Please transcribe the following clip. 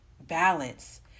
balance